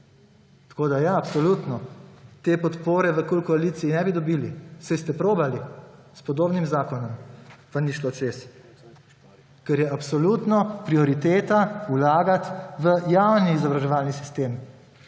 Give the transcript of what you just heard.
Tako da ja, absolutno te podpore v koaliciji KUL ne bi dobili. Saj ste poskušali s podobnim zakonom, pa ni šlo čez, ker je absolutno prioriteta vlagati v javni izobraževalni sistem.